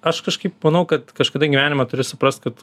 aš kažkaip manau kad kažkada gyvenime turi suprast kad